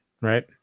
right